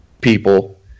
people